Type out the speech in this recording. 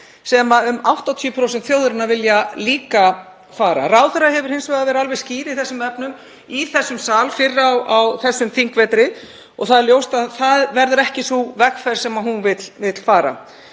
sem um 80% þjóðarinnar vilja líka fara. Ráðherra hefur hins vegar verið alveg skýr í þessum efnum í þessum sal fyrr á þessum þingvetri og það er ljóst að það er ekki sú vegferð sem hún vill fara.